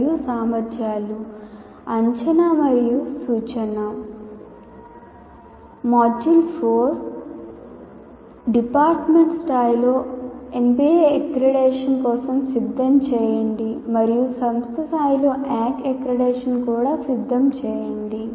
module 4 department స్థాయిలో NBA accreditation కోసం సిద్ధం చేయండి మరియు సంస్థ స్థాయిలో NAAC అక్రిడిటేషన్ కోసం కూడా సిద్ధం చేయండి